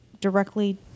directly